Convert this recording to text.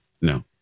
No